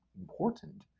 important